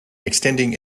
extending